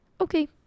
Okay